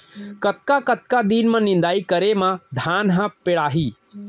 कतका कतका दिन म निदाई करे म धान ह पेड़ाही?